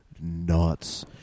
nuts